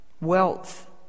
wealth